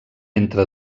entre